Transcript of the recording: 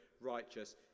righteous